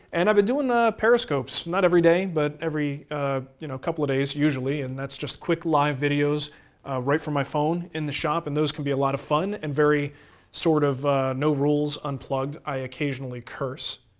and i've been doing periscopes, not every day, but every you know couple of days usually, and that's just quick live videos right from my phone in the shop, and those can be a lot of fun, and very sort of no rules, unplugged, i occasionally curse,